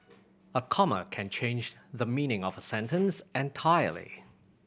a comma can change the meaning of a sentence entirely